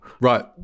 Right